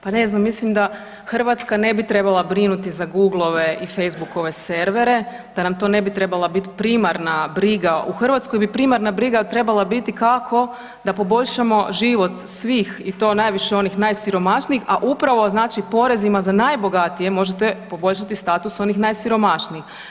Pa ne znam, mislim da Hrvatska ne bi trebala brinuti za Googlove i Facebookove servere, da nam to ne bi trebala bit primarna briga, u Hrvatskoj bi primarna briga trebala biti kako da poboljšamo život svih i to najviše onih najsiromašnijih a upravo znači porezima za najbogatije, možete poboljšati status onih najsiromašnijih.